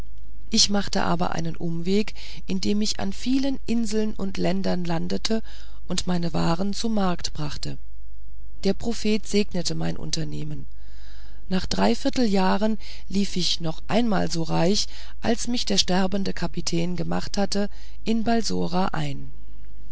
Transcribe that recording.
ich machte aber einen umweg indem ich an vielen inseln und ländern landete und meine waren zu markt brachte der prophet segnete mein unternehmen nach dreiviertel jahren lief ich noch einmal so reich als mich der sterbende kapitän gemacht hatte in balsora ein